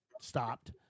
stopped